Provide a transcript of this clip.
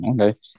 okay